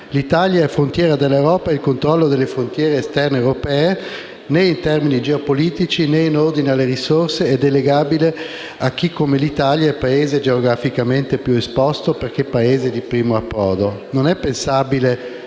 L'Italia è frontiera dell'Europa e il controllo delle frontiere esterne europee, né in termini geopolitici, né in ordine alle risorse, è delegabile a chi come l'Italia è Paese geograficamente più esposto perché Paese di primo approdo. Non è pensabile